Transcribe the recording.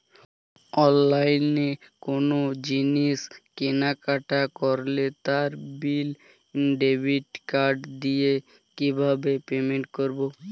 অনলাইনে কোনো জিনিস কেনাকাটা করলে তার বিল ডেবিট কার্ড দিয়ে কিভাবে পেমেন্ট করবো?